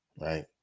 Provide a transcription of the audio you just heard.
right